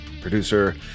producer